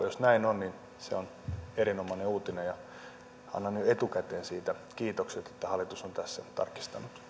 jos näin on niin se on erinomainen uutinen ja annan jo etukäteen siitä kiitokset että hallitus on tässä tarkistanut